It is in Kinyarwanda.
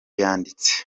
yanditse